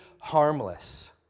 harmless